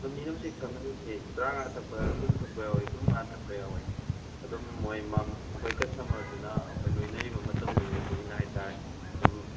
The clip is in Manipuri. ꯑꯗꯨꯝ ꯃꯤꯅ ꯍꯧꯖꯤꯛ ꯊꯛꯅꯔꯤꯁꯤ ꯇꯔꯥꯃꯉꯥ ꯊꯛꯄ ꯀꯨꯟ ꯊꯛꯄ ꯌꯥꯎꯋꯤ ꯀꯨꯟ ꯃꯉꯥ ꯊꯛꯄ ꯌꯥꯎꯋꯤ ꯑꯗꯨꯝ ꯃꯣꯏ ꯑꯩꯈꯣꯏ ꯀꯁꯇꯃꯔꯗꯨꯅ ꯑꯩꯈꯣꯏ ꯂꯣꯏꯅꯔꯤꯕ ꯃꯇꯝꯗꯨꯒꯤ ꯃꯇꯨꯡ ꯏꯟꯅ ꯍꯥꯏꯇꯥꯔꯦ ꯑꯗꯨꯝ